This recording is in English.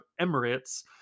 Emirates